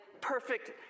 perfect